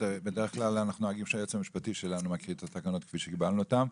כלל אנחנו נוהגים שהיועץ המשפטי שלנו מקריא את התקנות כפי שקיבלנו אותן,